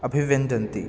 अभिव्यञ्जयन्ति